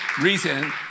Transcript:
reason